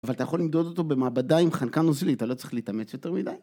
אבל אתה יכול למדוד אותו במעבדה עם חנקן נוזלי, אתה לא צריך להתאמץ יותר מדי.